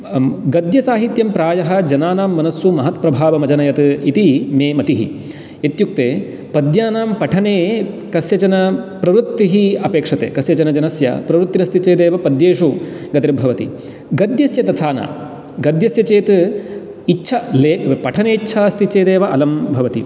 गद्यसाहित्यं प्रायः जनानां मनस्सु महत् प्रभावम् अजनयत इति मे मतिः इत्युक्ते पद्यानां पठने कस्यचन प्रवृत्तिः अपेक्षते कस्यचन जनस्य प्रवृत्तिरस्ति चेदेव पद्येषु गतिर्भवति गद्यस्य तथा न गद्यस्य चेत् इच्छा पठने इच्छा अस्ति चेदेव अलं भवति